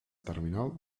terminal